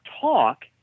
talk